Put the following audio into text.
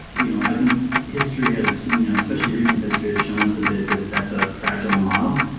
you know i think history has especially recent history has shown us a bit that that's a fragile ah model.